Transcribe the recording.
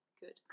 Good